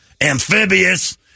amphibious